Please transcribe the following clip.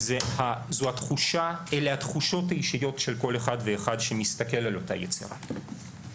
אלה התחושות האישיות של כל אחד ואחד שמסתכל על אותה יצירה.